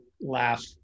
laugh